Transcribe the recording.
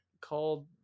Called